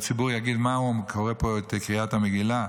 והציבור יגיד: מה, הוא קורא פה את קריאת המגילה?